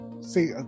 see